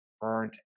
burnt